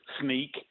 sneak